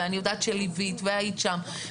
ואני יודעת שליווית והיית שם,